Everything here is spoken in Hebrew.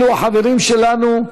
אלו החברים שלנו,